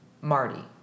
Marty